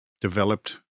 developed